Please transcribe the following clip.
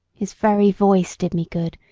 his very voice did me good,